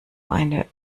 eine